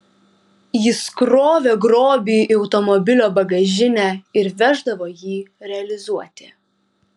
jis krovė grobį į automobilio bagažinę ir veždavo jį realizuoti